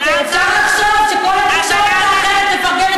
ולבוא ולהגיד שאנחנו רוצים לסגור את